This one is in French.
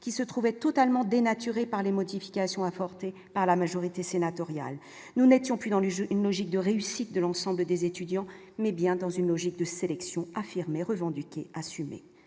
qui se trouvait totalement dénaturé par les modifications apportées par la majorité sénatoriale, nous n'étions plus dans le jeu, une logique de réussite de l'ensemble des étudiants, mais bien dans une logique de sélection revendu assumer